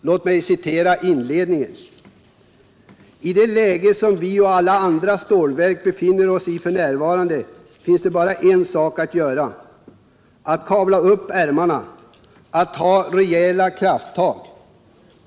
Låt mig citera inledningen: ”I det läge som vi och alla andra stålverk befinner oss i för närvarande finns bara en sak att göra. Att kavla upp ärmarna. Att ta rejäla krafttag.